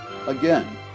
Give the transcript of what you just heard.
Again